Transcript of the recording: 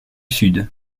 sud